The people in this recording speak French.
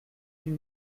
huit